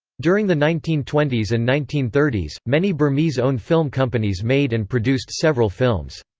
during the nineteen twenty s and nineteen thirty s, many burmese-owned film companies made and produced several films.